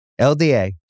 LDA